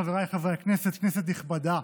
חבריי חברי הכנסת, כנסת נכבדה,